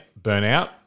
burnout